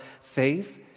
faith